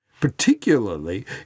particularly